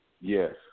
Yes